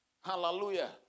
Hallelujah